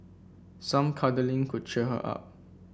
some cuddling could cheer her up